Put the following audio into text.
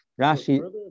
Rashi